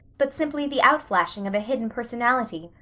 but simply the outflashing of a hidden personality,